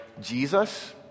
Jesus